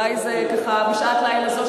אולי ככה בשעת לילה זו,